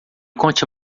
conte